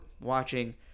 watching